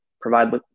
provide